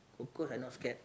cockroach I not scared